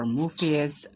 movies